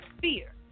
fear